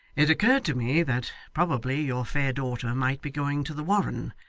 it occurred to me that probably your fair daughter might be going to the warren,